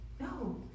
No